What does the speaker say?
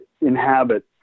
inhabit